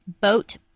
boat